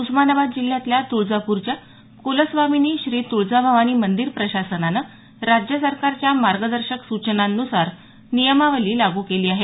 उस्मानाबाद जिल्ह्यातल्या तुळजापूरच्या कुलस्वामिनी श्री तुळजा भवानी मंदिर प्रशासनानं राज्य सरकारच्या मार्गदर्शक सूचनानुसार नियमावली लागू केली आहे